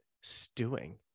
stewing